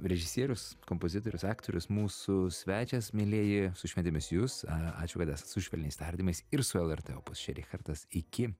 režisierius kompozitorius aktorius mūsų svečias mielieji su šventėmis jus a ačiū kad esat su švelniais tardymais ir su lrt opus čia richardas iki